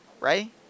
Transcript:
right